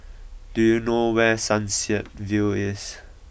do you know where Sunset View is